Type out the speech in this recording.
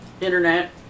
internet